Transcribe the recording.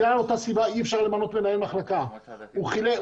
אי אפשר למנות מנהל מחלקה בגלל אותה סיבה.